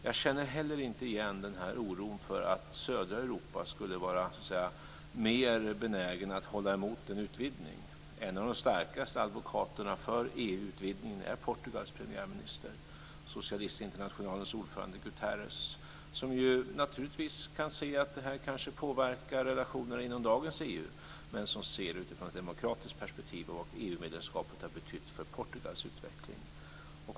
Jag känner heller inte igen oron för att södra Europa skulle vara mer benägen att hålla emot en utvidgning. En av de starkaste advokaterna för EU utvidgningen är Portugals premiärminister, Socialistinternationalens ordförande Guterres. Han kan naturligtvis se att det kanske kan påverka relationerna inom dagens EU, men han ser det utifrån ett demokratiskt perspektiv och vad EU-medlemskapet har betytt för Portugals utveckling.